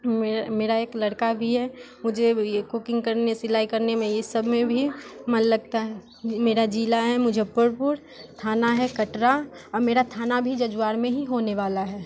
मेरा एक लड़का भी है मुझे ये कुकिंग करने सिलाई करने में ये सब में भी मन लगता है मेरा जिला है मुजफ्फरपुर थाना है कटरा और मेरा थाना भी जजुआर में ही होने वाला है